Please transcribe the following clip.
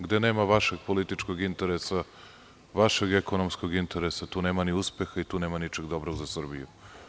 Gde nema vašeg političkog interesa, vašeg ekonomskog interesa, tu nema ni uspeha i tu nema ničeg dobrog za Srbiju.